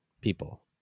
people